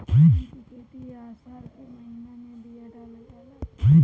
धान की खेती आसार के महीना में बिया डालल जाला?